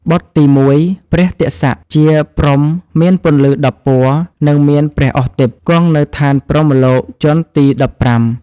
បុត្រទី១ ព្រះទក្សៈ ជាព្រហ្មមានពន្លឺ១០ពណ៌ និងមានព្រះឱស្ឋទិព្វ គង់នៅឋានព្រហ្មលោកជាន់ទី១៥ ។